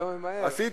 תעשה ככה.